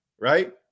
right